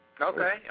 Okay